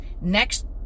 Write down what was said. next